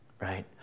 right